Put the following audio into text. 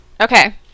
Okay